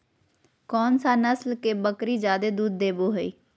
कौन सा नस्ल के बकरी जादे दूध देबो हइ?